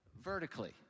vertically